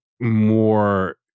more